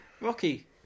Rocky